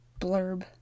blurb